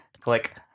Click